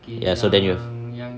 ya so then you have